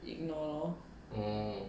ignore lor